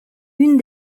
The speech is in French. une